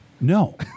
No